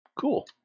Cool